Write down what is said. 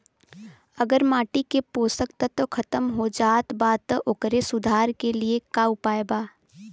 अगर माटी के पोषक तत्व खत्म हो जात बा त ओकरे सुधार के लिए का उपाय बा?